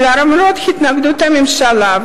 שלמרות התנגדות הממשלה,